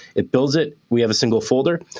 it builds it. we have a single folder.